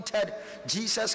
Jesus